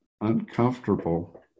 uncomfortable